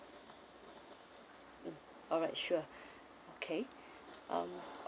mm alright sure okay um